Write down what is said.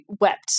wept